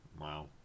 Wow